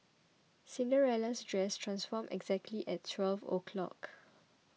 Cinderella's dress transformed exactly at twelve o'clock